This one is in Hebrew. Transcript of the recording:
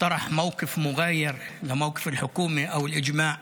מציג עמדה שונה מעמדת הממשלה או הקואליציה,